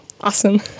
awesome